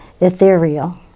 Ethereal